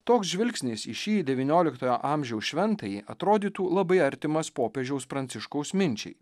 toks žvilgsnis į šį devynioliktojo amžiaus šventąjį atrodytų labai artimas popiežiaus pranciškaus minčiai